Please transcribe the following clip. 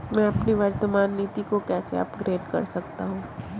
मैं अपनी वर्तमान नीति को कैसे अपग्रेड कर सकता हूँ?